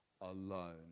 alone